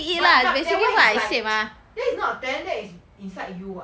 but but that [one] is like that is not a talent that is inside you [what]